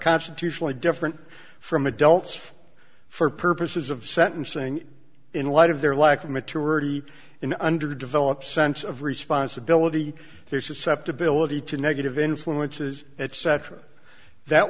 constitutionally different from adults for purposes of sentencing in light of their lack of maturity in underdeveloped sense of responsibility their susceptibility to negative influences et